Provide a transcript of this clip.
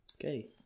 Okay